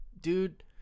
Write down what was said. dude